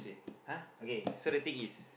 !huh! okay so the thing is